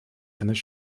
eines